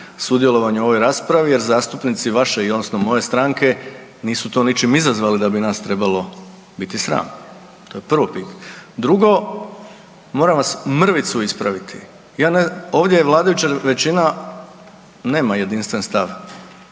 sudjelovanja u ovoj raspravi jer zastupnici vaše, odnosno i moje stranke nisu to ničim izazvali da bi nas trebalo biti sram. To je prvo, drugo, moram vas mrvicu ispraviti. Ovdje je vladajuća većina, nema jedinstven stav,